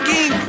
King